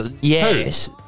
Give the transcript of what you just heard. Yes